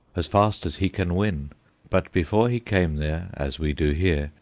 as fast as he can win but before he came there, as we do hear,